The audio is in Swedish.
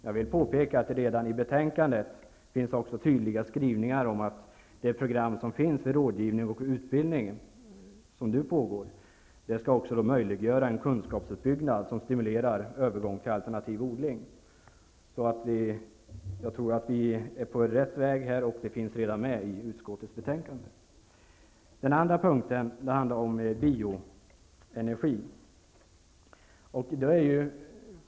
Jag vill påpeka att det i betänkandet finns tydliga skrivningar om att det program som finns för rådgivning och utbildning, och som nu pågår, också skall möjliggöra en kunskapsuppbyggnad som stimulerar övergång till alternativ odling. Jag tror att vi är på rätt väg, och det finns med i utskottets betänkande. Den andra punkten handlade om bioenergi.